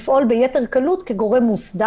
כגורם מוסדר,